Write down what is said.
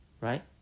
right